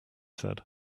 said